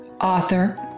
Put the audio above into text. author